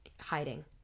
hiding